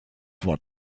wort